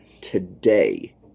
today